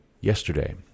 yesterday